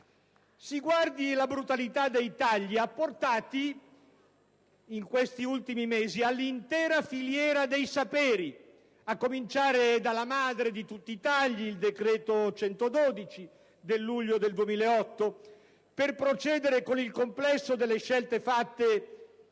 Si guardi la brutalità dei tagli apportati in questi ultimi mesi all'intera filiera dei saperi, a cominciare dalla madre di tutti i tagli, il decreto n. 112 del luglio 2008, per procedere con il complesso delle scelte fatte